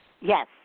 Yes